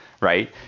right